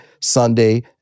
Sunday